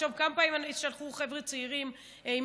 תחשוב כמה פעמים שאלו חבר'ה צעירים אם